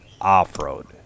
off-road